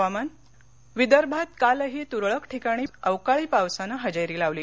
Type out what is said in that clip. हवामान विदर्भात कालही तुरळक ठिकाणी अवकाळी पावसानं हजेरी लावली